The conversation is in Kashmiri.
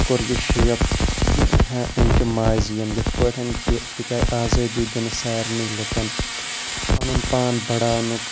کوٚر یہِ شیپ أمۍ چہِ مازِیَن یِتھ پٲٹھۍ کہِ ییٚتہِ آیہِ آزٲدی دِنہٕ سارنٕے لُکَن پَنُن پان بَڑاونُک